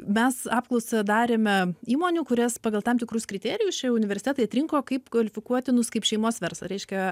mes apklausą darėme įmonių kurias pagal tam tikrus kriterijus čia jau universitetai atrinko kaip kvalifikuotinus kaip šeimos verslą reiškia